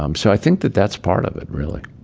um so i think that that's part of it, really